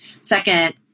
Second